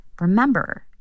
remember